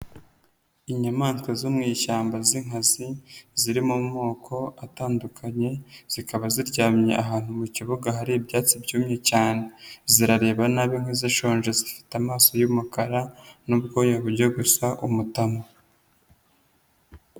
Inyamaswa zo mu ishyamba z'inkazi ziri mu moko atandukanye, zikaba ziryamye ahantu mu kibuga hari ibyatsi byumye cyane, zirareba nabi nk'izishonje, zifite amaso y'umukara n'ubwoya bujya gusa umutamu.